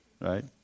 Right